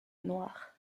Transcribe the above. noirs